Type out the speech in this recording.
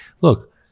Look